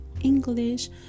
english